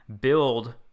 build